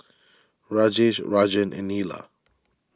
Rajesh Rajan and Neila